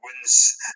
wins